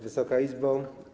Wysoka Izbo!